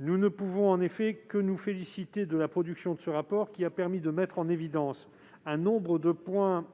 Nous ne pouvons que nous féliciter de la production de ce rapport, qui a permis de mettre en évidence un assez grand nombre de points